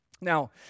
Now